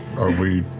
are we